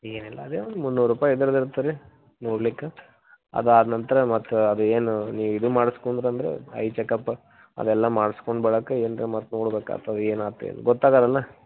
ಏನಿಲ್ಲ ಅದೇ ಮುನ್ನೂರು ರೂಪಾಯಿ ಇದ್ರದ್ದು ಇರತ್ತೆ ರೀ ನೋಡ್ಲಿಕ್ಕೆ ಅದಾದ ನಂತರ ಮತ್ತು ಅದು ಏನು ನೀವು ಇದು ಮಾಡ್ಸ್ಕೊಂಡರೆ ಐ ಚಕಪ್ ಅದೆಲ್ಲ ಮಾಡ್ಸ್ಕೊಂಡು ಬರಾಕ ಏನ್ರ ಮತ್ತು ನೋಡ್ಬೇಕು ಆತು ಏನಾತು ಗೊತ್ತಾಗಲಾನ